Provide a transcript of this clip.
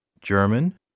German